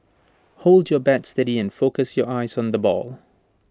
hold your bat steady and focus your eyes on the ball